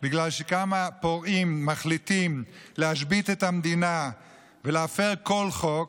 בגלל שכמה פורעים מחליטים להשבית את המדינה ולהפר כל חוק,